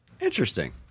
interesting